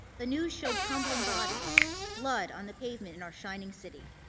the news showed tumbling bodies blood on the pavement in our shining city.